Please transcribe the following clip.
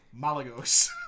Malagos